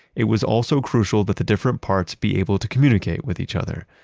it was also crucial that the different parts be able to communicate with each other.